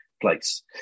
place